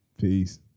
peace